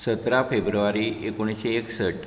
सतरा फेब्रुवारी एकुणेशें एकसठ